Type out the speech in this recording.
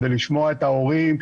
כדי לשמוע את ההורים,